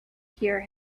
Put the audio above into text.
hear